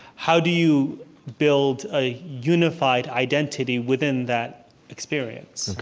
how do you build a unified identity within that experience?